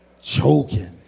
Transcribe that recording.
choking